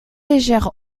légère